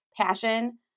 passion